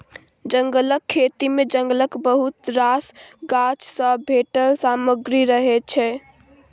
जंगलक खेती मे जंगलक बहुत रास गाछ सँ भेटल सामग्री रहय छै